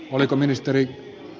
oliko ministeri